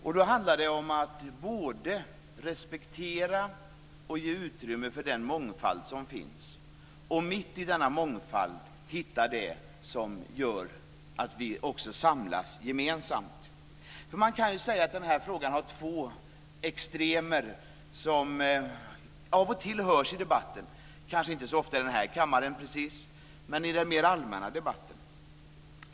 Det handlar om att både respektera och ge utrymme för den mångfald som finns och mitt i denna mångfald hitta det som gör att vi också samlas gemensamt. Man kan säga att den här frågan har två extremer som av och till hörs i debatten, kanske inte så ofta i den här kammaren, men i den mer allmänna debatten.